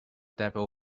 devil